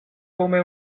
come